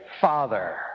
Father